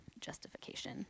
justification